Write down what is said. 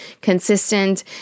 consistent